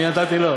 אני נתתי לו?